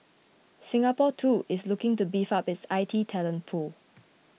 Singapore too is looking to beef up its I T talent pool